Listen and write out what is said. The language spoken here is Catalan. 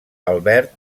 albert